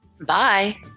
Bye